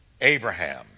Abraham